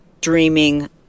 dreaming